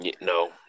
No